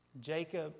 Jacob